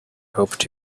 hoped